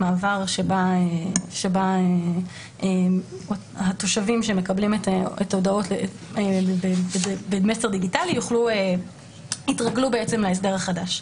מעבר שבה התושבים שמקבלים את ההודעות במסר דיגיטלי יתרגלו להסדר החדש.